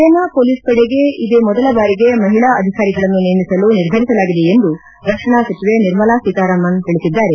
ಸೇನಾ ಮೊಲೀಸ್ ಪಡೆಗೆ ಇದೇ ಮೊದಲ ಬಾರಿಗೆ ಮಹಿಳಾ ಅಧಿಕಾರಿಗಳನ್ನು ನೇಮಿಸಲು ನಿರ್ಧರಿಸಲಾಗಿದೆ ಎಂದು ರಕ್ಷಣಾ ಸಚಿವೆ ನಿರ್ಮಲಾ ಸೀತಾರಾಮನ್ ತಿಳಿಸಿದ್ದಾರೆ